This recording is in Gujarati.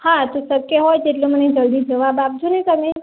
હા તો શક્ય હોય તેટલો મને જલ્દી જવાબ આપજો ને તમે